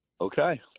Okay